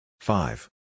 Five